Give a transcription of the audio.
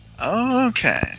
Okay